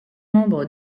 membre